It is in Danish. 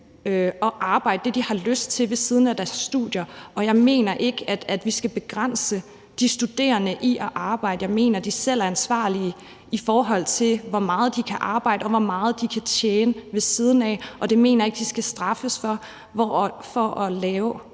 at arbejde det, de har lyst til ved siden af deres studier. Jeg mener ikke, at vi skal begrænse de studerende i at arbejde. Jeg mener, at de selv er ansvarlige, i forhold til hvor meget de kan arbejde og hvor meget de kan tjene ved siden af, det mener jeg ikke de skal straffes for, ved